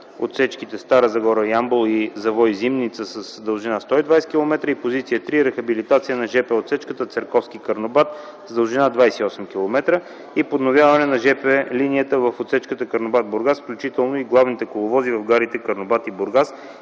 отсечките Стара Загора–Ямбол и Завой–Зимница, с дължина 120 км” и позиция 3 – „Рехабилитация на жп отсечката Церковски–Карнобат, с дължина 28 км и подновяване на жп линията в отсечката Карнобат–Бургас, включително и главните коловози в гарите Карнобат и Бургас,